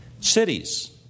cities